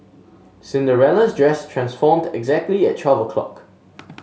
Cinderella's dress transformed exactly at twelve o'clock